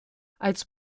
als